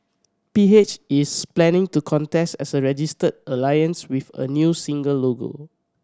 P H is planning to contest as a registered alliance with a new single logo